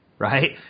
Right